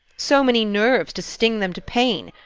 so many nerves to sting them to pain.